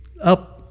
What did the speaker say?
up